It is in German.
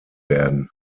werden